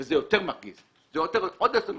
זה יותר מרגיז, זה עוד יותר מעצבן.